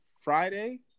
Friday